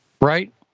right